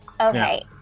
Okay